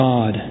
God